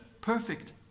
perfect